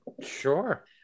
sure